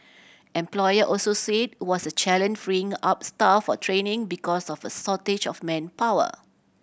employer also said was a challenge freeing up staff for training because of a shortage of manpower